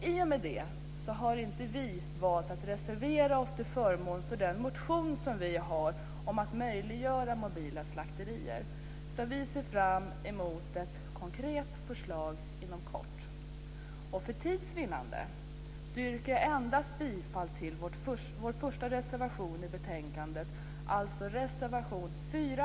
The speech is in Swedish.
I och med det har vi valt att inte reservera oss till förmån för vår motion om att möjliggöra mobila slakterier. Vi ser fram emot ett konkret förslag inom kort. För tids vinnande yrkar jag endast bifall till vår första reservation i betänkandet, alltså reservation 4